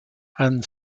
han